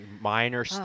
minor